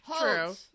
True